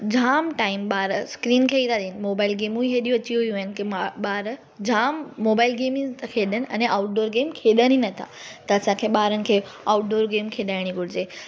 जामु टाइम ॿार स्क्रीन खे ई था ॾियनि मोबाइल गेमूं ई हेॾियूं अची वियूं आहिनि की ॿार जामु मोबाइल गेमूं था खेॾनि अने आउटडोर गेम खेॾनि ई नथा त असांखे ॿारनि खे आउटडोर गेम खेॾाइणी घुरिजे